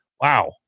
wow